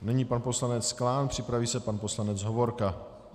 Nyní pan poslanec Klán, připraví se pan poslanec Hovorka.